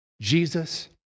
Jesus